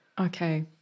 Okay